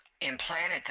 implanted